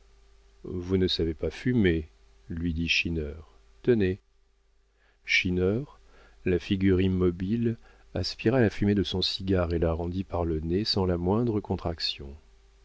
vous ne savez pas fumer lui dit schinner tenez schinner la figure immobile aspira la fumée de son cigare et la rendit par le nez sans la moindre contraction